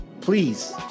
Please